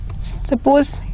Suppose